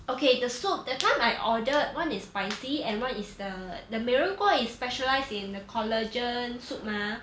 okay the soup that time I ordered one is spicy and one is the the 美人锅 is specialised in the collagen soup mah